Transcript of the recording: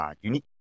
unique